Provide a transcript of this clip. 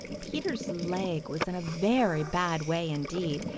peter's leg was in a very bad way, indeed,